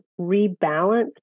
rebalance